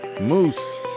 Moose